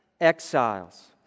exiles